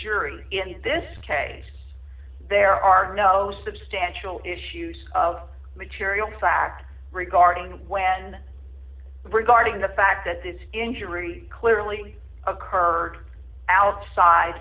jury in this case there are no substantial issues of material fact regarding when regarding the fact that this injury clearly occurred outside